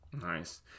Nice